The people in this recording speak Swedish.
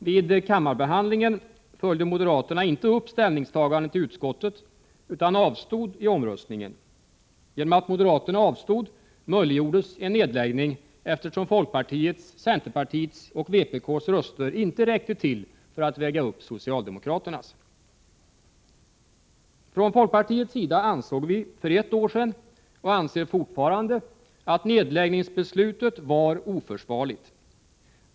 Vid kammarbehandlingen följde moderaterna inte upp ställningstagandet i utskottet utan avstod i omröstningen. Genom att moderaterna avstod möjliggjordes en nedläggning, eftersom folkpartiets, centerpartiets och vpk:s röster inte räckte till för att väga upp socialdemokraternas. Från folkpartiets sida ansåg vi för ett år sedan, och anser fortfarande, att nedläggningsbeslutet var oförsvarligt.